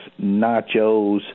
nachos